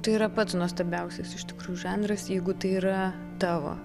tai yra pats nuostabiausias iš tikrųjų žanras jeigu tai yra tavo